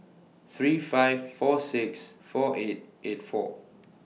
three five four six four eight eight four